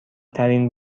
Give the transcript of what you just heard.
ترین